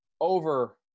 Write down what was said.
over